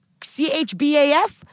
chbaf